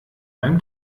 beim